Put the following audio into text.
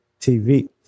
TV